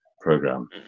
program